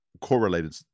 correlated